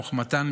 חוכמתן,